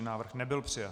Návrh nebyl přijat.